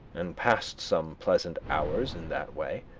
and passed some pleasant hours in that way.